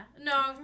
No